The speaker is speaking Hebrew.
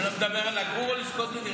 אתה מדבר על לגור או לזכות בדירה?